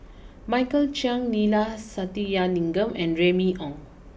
Michael Chiang Neila Sathyalingam and Remy Ong